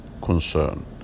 concern